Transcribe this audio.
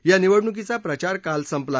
या निवडणुकीचा प्रचार काल संपला